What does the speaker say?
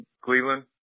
Cleveland